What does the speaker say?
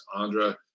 Andra